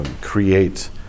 create